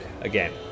again